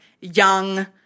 young